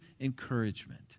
encouragement